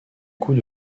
coup